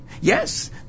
Yes